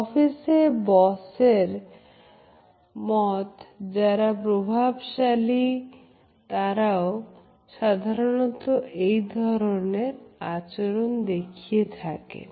অফিসে বসের মত যারা প্রভাবশালী তারাও সাধারণত এ ধরনের আচরণ দেখিয়ে থাকেন